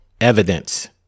evidence